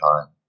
time